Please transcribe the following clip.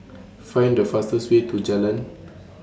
Find The fastest Way to Jalan